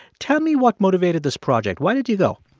tell me what motivated this project. why did you go?